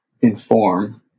inform